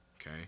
Okay